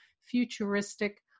futuristic